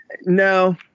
No